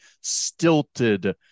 stilted